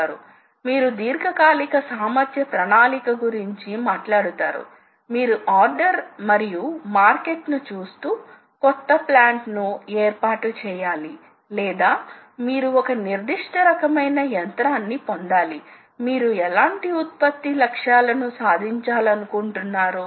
ఎందుకంటే డ్రైవ్ లు చాలా ఖచ్చితమైన స్థాన నియంత్రణ అవసరం కాబట్టి అవి సరైన క్షణాల్లో ప్రారంభించాలి మరియు ఆపాలి మరికొన్నిసార్లు కటింగ్ సమయంలో వేగ నిష్పత్తులను రెండు అక్షాల తో పాటు నిర్వహించాల్సి ఉంటుంది ఉపరితలాలు స్థూపాకార ఉపరితలాలు లేదా కటింగ్ కార్నర్ లు వంటివి